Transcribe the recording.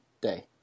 day